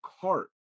cart